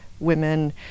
women